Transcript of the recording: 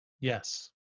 Yes